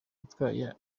watwaye